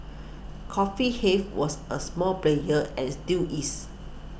Coffee Hive was a small player and still is